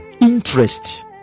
interest